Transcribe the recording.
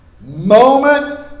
moment